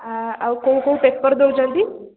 ଆଉ କେଉଁ କେଉଁ ପେପର୍ ଦେଉଛନ୍ତି